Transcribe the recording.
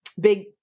big